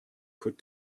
could